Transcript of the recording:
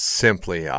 simply